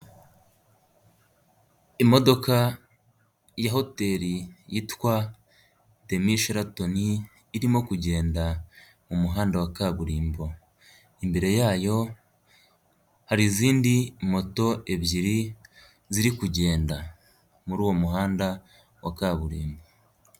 Imodoka ya hoteri yitwa demishiratoni, irimo kugenda mu muhanda wa kaburimbo. Imbere yayo hari izindi moto ebyiri ziri kugenda muri uwo muhanda wa kaburimbo.